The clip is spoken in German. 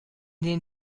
den